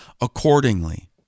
accordingly